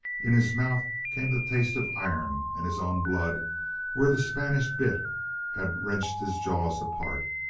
in his mouth came the taste of iron and his own blood where the spanish bit had wrenched his jaws apart.